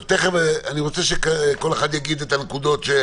אני רוצה שכל אחד יגיד את הנקודות,